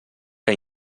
que